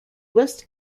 west